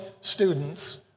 students